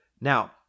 Now